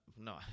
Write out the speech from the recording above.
No